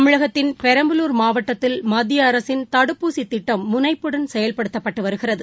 தமிழகத்தின் பெரம்பலூர் மாவட்டத்தில் மத்திய அரசின் தடுப்பூசி திட்டம் முனைப்புடன் செயல்படுத்தப்பட்டு வருகிறது